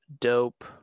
dope